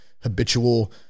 habitual